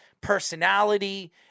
personality